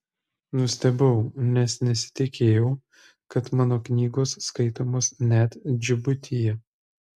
nustebau nes nesitikėjau kad mano knygos skaitomos net džibutyje